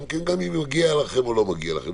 גם אם מגיע לכם או לא מגיע לכם,